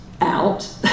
out